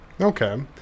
Okay